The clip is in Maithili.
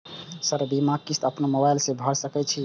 सर बीमा किस्त अपनो मोबाईल से भर सके छी?